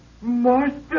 Master